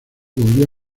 volvió